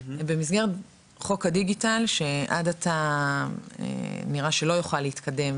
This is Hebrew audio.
בחוק הדיגיטל שעד עתה נראה שלא יוכל להתקדם